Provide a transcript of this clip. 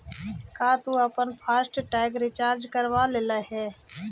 का तु अपन फास्ट टैग रिचार्ज करवा लेले हे?